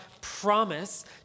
promise